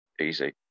easy